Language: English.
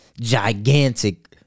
gigantic